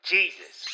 Jesus